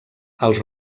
els